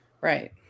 right